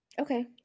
Okay